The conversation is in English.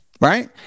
right